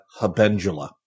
habendula